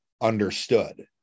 understood